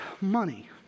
money